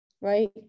right